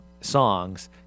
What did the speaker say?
songs